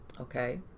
okay